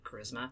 charisma